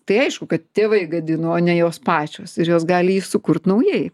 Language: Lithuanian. tai aišku kad tėvai gadino o ne jos pačios ir jos gali jį sukurt naujai